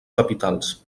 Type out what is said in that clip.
capitals